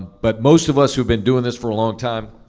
but most of us who've been doing this for a long time